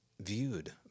viewed